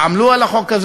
אינה, איתן כבל,